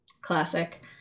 Classic